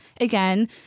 again